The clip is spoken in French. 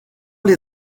les